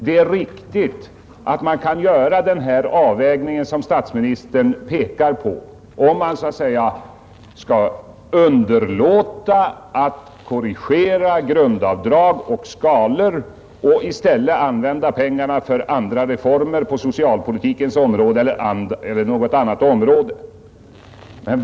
Det är riktigt att man kan göra den avvägning som statsministern pekar på, om man så att säga underlåter att korrigera grundavdrag och skalor och i stället använder pengarna för andra reformer på socialpolitikens område eller på ett annat område.